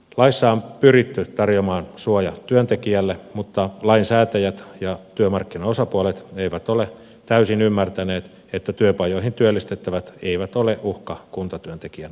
laissa on pyritty tarjoamaan suoja työntekijälle mutta lainsäätäjät ja työmarkkinaosapuolet eivät ole täysin ymmärtäneet että työpajoihin työllistettävät eivät ole uhka kuntatyöntekijän asemalle